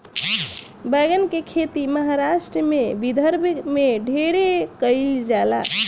बैगन के खेती महाराष्ट्र के विदर्भ में ढेरे कईल जाला